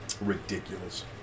Ridiculous